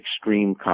extreme